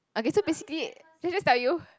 okay so basically can I just tell you